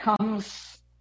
comes